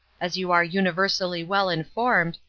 as you are universally well informed,